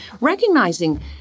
recognizing